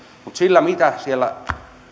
mutta sillä mitä siellä